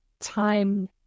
time